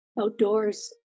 outdoors